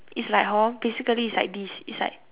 is like hor basically is like this is like